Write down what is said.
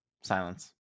Silence